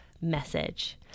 message